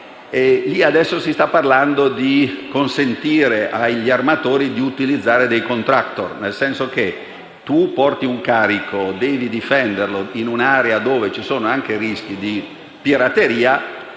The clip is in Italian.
Ebbene, si sta pensando di consentire agli armatori di utilizzare dei *contractor,* cosicché chi porta un carico, e deve difenderlo in un'area in cui ci sono anche rischi di pirateria,